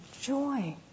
joy